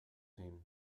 team